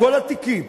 כל התיקים,